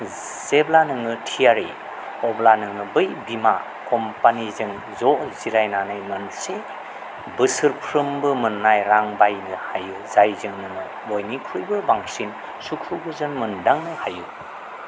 जेब्ला नोङो थियारि अब्ला नोङो बै बीमा कम्पानीजों ज' जिरायनानै मोनसे बोसोरफ्रोमबो मोननाय रां बायनो हायो जायजों नोंङो बयनिख्रुइबो बांसिन सुखु गोजोन मोनदांनो हायो